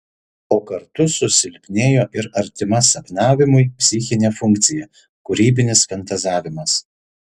o kartu susilpnėjo ir artima sapnavimui psichinė funkcija kūrybinis fantazavimas